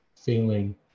feeling